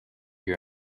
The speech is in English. your